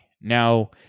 Now